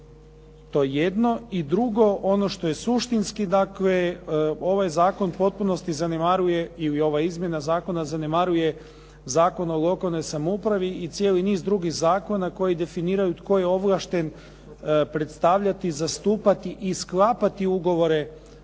To je jedno. I drugo, ono što je suštinski dakle, ovaj zakon u potpunosti zanemaruje ili ova izmjena zakona zanemaruje Zakon o lokalnoj samoupravi i cijeli niz drugih zakona koji definiraju tko je ovlašten predstavljati, zastupati i sklapati ugovore